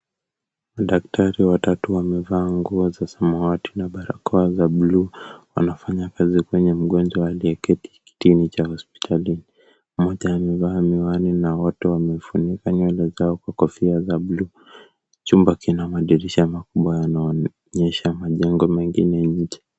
Madaktari watatu wamevaa nguo za samawati na barakoa za bluu. Wanafanya kazi kwenye mgonjwa aliyeketi kitini cha hospitali. Mmoja amevaa miwani na wote wamefunika nywele zao kwa kofia za bluu. Chumba kina madirisha makubwa yanayonyesha majengo mengine nje.